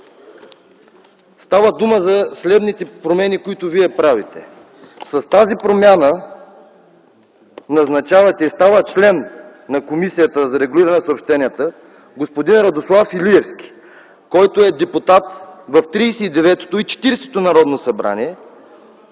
Става дума за следните промени, които вие правите. С тази промяна става член на Комисията за регулиране на съобщенията господин Радослав Илиевски, който е депутат в 39-то и 40-то Народно събрание…